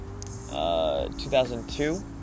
2002